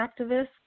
activists